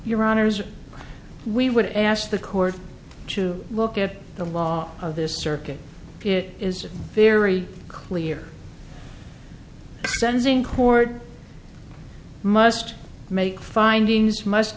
your honour's we would ask the court to look at the law of this circuit it is very clear sensing court must make findings must